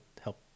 help